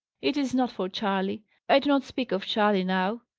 it is not for charley i do not speak of charley now,